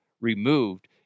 removed